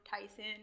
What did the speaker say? Tyson